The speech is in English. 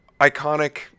iconic